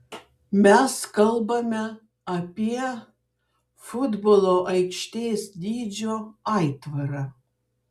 mes kalbame apie futbolo aikštės dydžio aitvarą